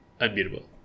unbeatable